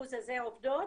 האחוז הזה עובדות?